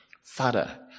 Father